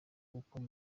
gukora